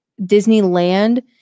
Disneyland